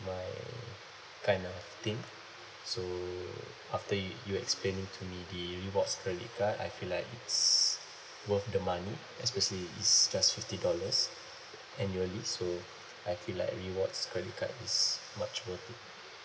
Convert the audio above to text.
my kind of thing so after you you explain to me the rewards credit card I feel like it's worth the money especially it's just fifty dollars annually so I feel like rewards credit card is much worth it